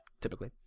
typically